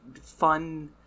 fun